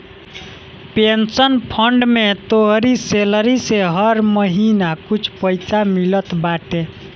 pension fund में तोहरी salary से हर महिना कुछ पईसा मिलत बाटे